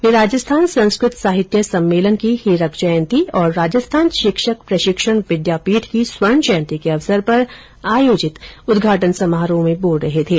वे राजस्थान संस्कृत साहित्य सर्म्मेलन की हीरक जयंती और राजस्थान शिक्षक प्रशिक्षण विद्यापीठ की स्वर्ण जयंती के अवसर पर आयोजित उदघाटन समारोह में बोल रहे थे